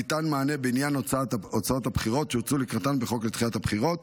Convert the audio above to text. ניתן מענה בעניין הוצאות הבחירות שהוצאו לקראתן בחוק לדחיית הבחירות,